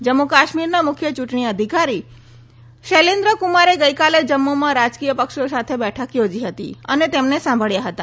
જમ્મુ કાશ્મીરના મુખ્ય ચૂંટણી અધિકારી શૈલેન્દ્ર કુમારે ગઇકાલે જમ્મુમાં રાજકીયપક્ષો સાથે બેઠક યોજી હતી અને તેમને સાંભબ્યા હતા